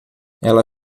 ela